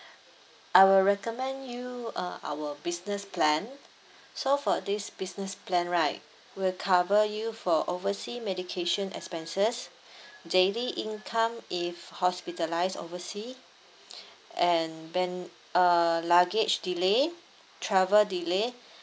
I will recommend you uh our business plan so for this business plan right we'll cover you for oversea medication expenses daily income if hospitalised oversea and when uh luggage delay travel delay